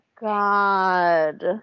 God